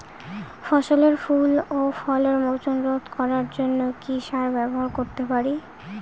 ফসলের ফুল ও ফলের মোচন রোধ করার জন্য কি সার ব্যবহার করতে পারি?